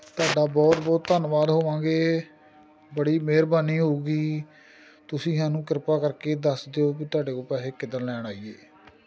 ਤੁਹਾਡਾ ਬਹੁਤ ਬਹੁਤ ਧੰਨਵਾਦ ਹੋਵਾਂਗੇ ਬੜੀ ਮੇਹਰਬਾਨੀ ਹੋਊਗੀ ਤੁਸੀਂ ਸਾਨੂੰ ਕਿਰਪਾ ਕਰਕੇ ਦੱਸ ਦਿਓ ਕਿ ਤੁਹਾਡੇ ਕੋਲ ਪੇਸੈ ਕਿੱਦਣ ਲੈਣ ਆਈਏ